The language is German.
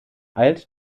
eilte